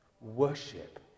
Worship